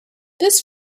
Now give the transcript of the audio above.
this